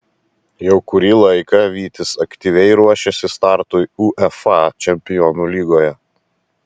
jau kurį laiką vytis aktyviai ruošiasi startui uefa čempionų lygoje